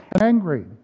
Angry